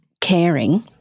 caring